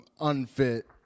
unfit